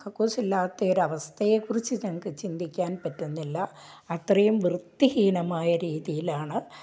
കക്കൂസില്ലാത്ത ഒരവസ്ഥയെക്കുറിച്ച് ഞങ്ങൾക്ക് ചിന്തിക്കാൻ പറ്റുന്നില്ല അത്രയും വൃത്തിഹീനമായ രീതിയിലാണ്